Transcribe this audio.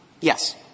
Yes